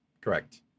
correct